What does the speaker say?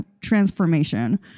transformation